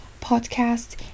podcast